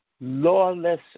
lawless